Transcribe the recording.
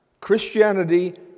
Christianity